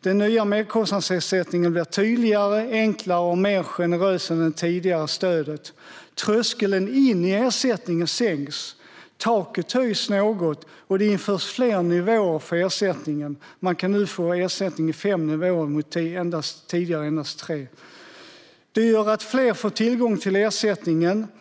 Den nya merkostnadsersättningen blir tydligare, enklare och mer generös än det tidigare stödet. Tröskeln in i ersättningen sänks, taket höjs något och det införs fler nivåer för ersättning. Man kan nu få ersättning i fem nivåer mot tidigare endast tre. Det gör att fler får tillgång till ersättningen.